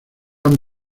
han